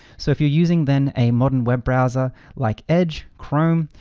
so if you're using then a modern web browser like edge, chrome,